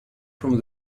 from